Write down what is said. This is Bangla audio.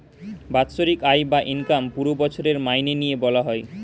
বাৎসরিক আয় বা ইনকাম পুরো বছরের মাইনে নিয়ে বলা হয়